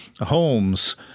homes